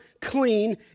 clean